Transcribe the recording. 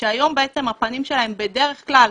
כשהיום הפנים שלהם בדרך כלל